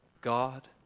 God